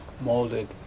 molded